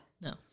No